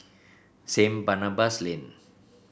Saint Barnabas Lane